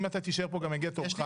אם אתה תישאר פה גם יגיע תורך.